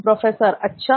professor अच्छा